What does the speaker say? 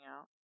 out